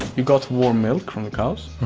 you got warm milk from the cows